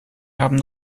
haben